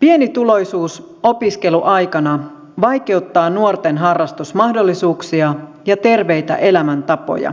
pienituloisuus opiskeluaikana vaikeuttaa nuorten harrastusmahdollisuuksia ja terveitä elämäntapoja